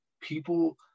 people